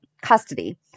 custody